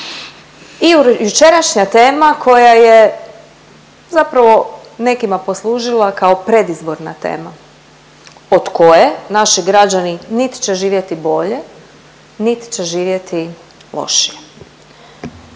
i jučerašnja tema koja je zapravo nekima poslužila kao predizborna tema od koje naši građani nit će živjeti bolje, nit će živjeti lošije.